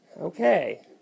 okay